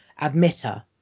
admitter